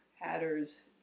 Hatters